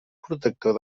protector